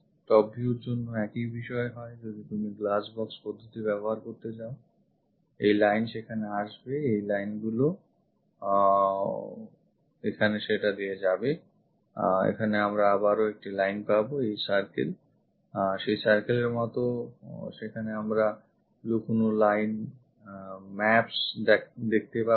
top viewর জন্য একই বিষয় হয় যদি তুমি glass box পদ্ধতি ব্যবহার করতে যাও এই line সেখানে আসবে এই lineগুলি এখানে সেটা দিয়ে যাবে এখানে আমরা আবারও একটি line পাবো এই circle সেই circle এর মত সেখানে আমরা লুকোনো line maps দেখতে পাবো